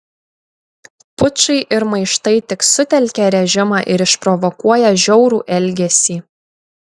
pučai ir maištai tik sutelkia režimą ir išprovokuoja žiaurų elgesį